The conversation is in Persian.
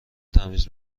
تمیز